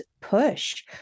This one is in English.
push